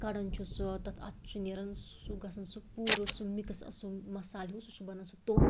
کَڑان چھ سُہ تَتھ اتھ چھُ نیران سُہ گَژھان سُہ پوٗرٕ سُہ مکٕس اَتھ سُہ مصالہٕ ہیٛو سُہ چھُ بنان سُہ توٚن